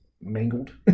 mangled